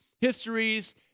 histories